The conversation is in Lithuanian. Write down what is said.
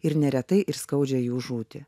ir neretai ir skaudžią jų žūtį